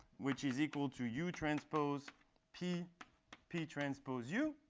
which is equal to u transpose p p transpose u.